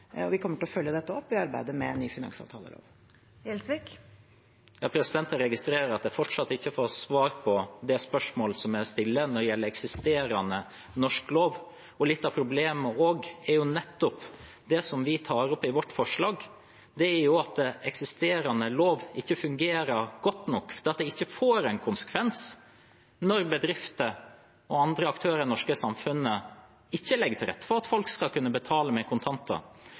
og vi kommer til å følge dette opp i arbeidet med en ny finansavtalelov. Jeg registrerer at jeg fortsatt ikke har fått svar på det spørsmålet som jeg stiller når det gjelder eksisterende norsk lov. Litt av problemet som vi nettopp tar opp i vårt forslag, er jo at eksisterende lov ikke fungerer godt nok, at det ikke får en konsekvens når bedrifter og andre aktører i det norske samfunnet ikke legger til rette for at folk skal kunne betale med kontanter.